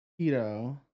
keto